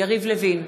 יריב לוין,